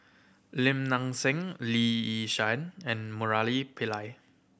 Lim Nang Seng Lee Yi Shyan and Murali Pillai